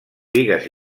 bigues